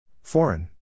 Foreign